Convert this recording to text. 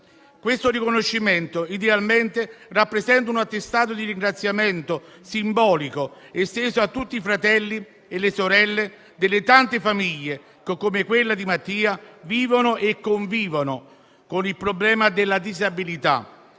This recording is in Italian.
Questo riconoscimento idealmente rappresenta un attestato di ringraziamento simbolico esteso a tutti i fratelli e le sorelle delle tante famiglie che, come quella di Mattia, vivono e convivono con il problema della disabilità,